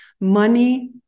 Money